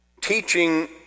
teaching